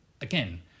again